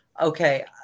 Okay